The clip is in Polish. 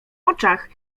oczach